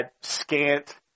scant